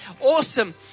awesome